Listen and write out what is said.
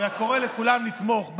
ואני קורא לכולם לתמוך.